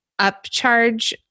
upcharge